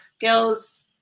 girls